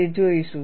તે જોઈશું